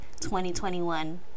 2021